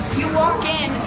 you walk in,